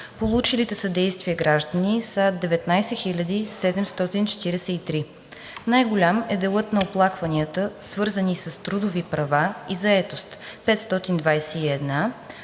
Получилите съдействие граждани са 19 743. Най-голям е делът на оплакванията, свързани с трудови права и заетост – 521,